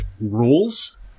rules